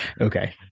okay